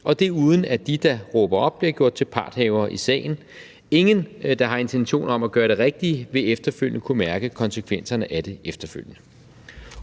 og det uden at de, der råber op, bliver gjort til parthavere i sagen. Ingen, der har intentioner om at gøre det rigtige, vil efterfølgende kunne mærke konsekvenserne af det.